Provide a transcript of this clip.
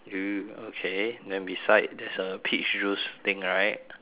do you okay then beside there's a peach juice thing right